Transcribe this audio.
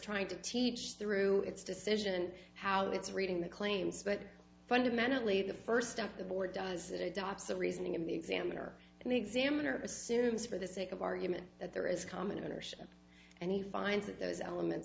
trying to teach through its decision how it's reading the claims but fundamentally the first step the board does it adopts the reasoning of the examiner and the examiner assumes for the sake of argument that there is common ownership and he finds that those elements